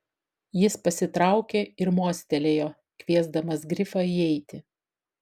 jis pasitraukė ir mostelėjo kviesdamas grifą įeiti